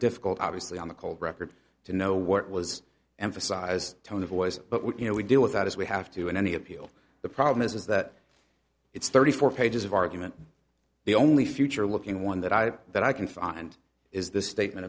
difficult obviously on the cold record to know what was emphasized tone of voice but what you know we deal with that is we have to in any appeal the problem is that it's thirty four pages of argument the only future looking one that i have that i can find is the statement